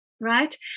right